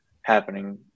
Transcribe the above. happening